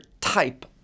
type